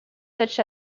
such